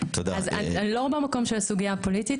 אני לא במקום של הסוגיה הפוליטית,